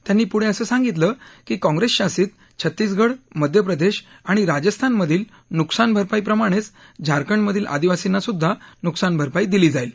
त्यांनी पुढे असं सांगितलं की काँग्रेसशासित छत्तीसगढ मध्यप्रदेश आणि राजस्थानमधील नुकसान भरपाई प्रमाणेच झारखंड मधील आदिवासींना सुद्धा नुकसान भरपाई दिली जाईल